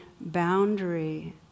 boundary